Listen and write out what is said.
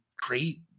great